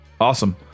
Awesome